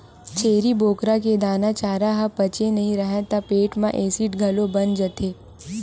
छेरी बोकरा के दाना, चारा ह पचे नइ राहय त पेट म एसिड घलो बन जाथे